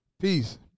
Peace